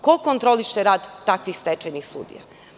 Ko kontroliše rad tih stečajnih sudija?